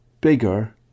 bigger